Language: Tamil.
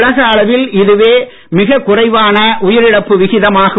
உலக அளவில் இதுவே மிக குறைவான உயிரிழப்பு விகிதமாகும்